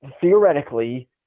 theoretically